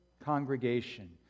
Congregation